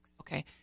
Okay